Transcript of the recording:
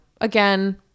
Again